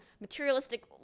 materialistic